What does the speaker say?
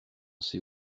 sait